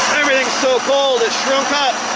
everything's so cold, it shrunk up.